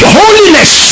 holiness